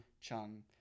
Chung